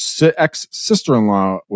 ex-sister-in-law